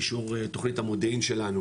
אישור תוכנית המודיעין שלנו